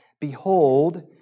behold